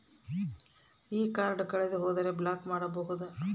ಈ ಕಾರ್ಡ್ ಕಳೆದು ಹೋದರೆ ಬ್ಲಾಕ್ ಮಾಡಬಹುದು?